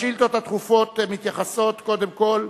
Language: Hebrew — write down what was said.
השאילתות הדחופות מתייחסות קודם כול